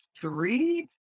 three